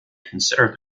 considered